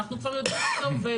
כי אנחנו כבר יודעים איך זה עובד.